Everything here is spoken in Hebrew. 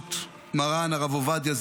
בזכות מרן הרב עובדיה,